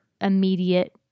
immediate